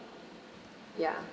ya